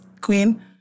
queen